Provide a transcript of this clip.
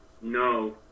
no